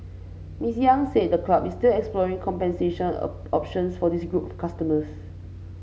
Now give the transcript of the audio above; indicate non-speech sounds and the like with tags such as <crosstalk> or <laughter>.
Miss Yang said the club is still exploring compensation <unintelligible> options for this group customers